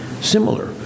similar